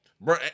bro